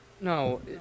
No